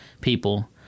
people